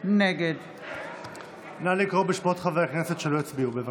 נגד נא לקרוא בשמות חברי הכנסת שלא הצביעו, בבקשה.